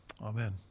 amen